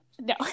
No